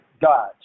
got